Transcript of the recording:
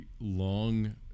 long